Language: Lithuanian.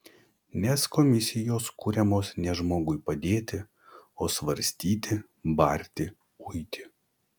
nes komisijos kuriamos ne žmogui padėti o svarstyti barti uiti